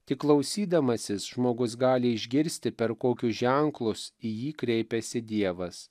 tik klausydamasis žmogus gali išgirsti per kokius ženklus į jį kreipiasi dievas